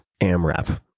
AMRAP